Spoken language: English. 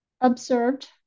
observed